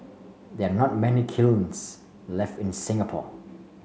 there are not many kilns left in Singapore